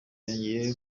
yongeye